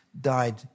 died